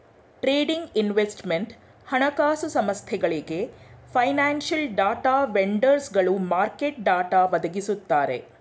trading, investment, ಹಣಕಾಸು ಸಂಸ್ಥೆಗಳಿಗೆ, financial data ವೆಂಡರ್ಸ್ಗಳು ಮಾರ್ಕೆಟ್ ಡಾಟಾ ಒದಗಿಸುತ್ತಾರೆ